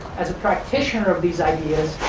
as a practitioner of these ideas,